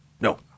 no